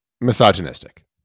misogynistic